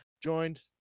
joined